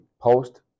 post